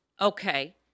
okay